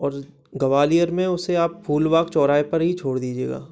और ग्वालियर में उसे आप फूलबाग चौराहे पर ही छोड़ दीजिएगा